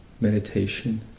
meditation